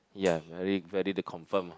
ya very very to confirm